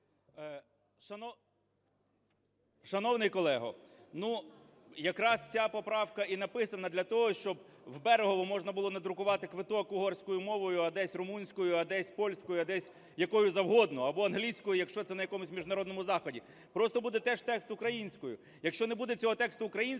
Шановний колего, ну якраз ця поправка і написана для того, щоб в Берегово можна було надрукувати квиток угорською мовою, а десь – румунською, а десь – польською, а десь – якою завгодно, або англійською, якщо це на якомусь міжнародному заході, просто буде теж текст українською. Якщо не буде цього тексту українською,